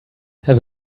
have